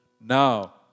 Now